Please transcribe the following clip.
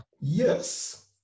Yes